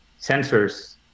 sensors